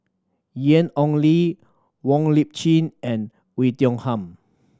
Ian Ong Li Wong Lip Chin and Oei Tiong Ham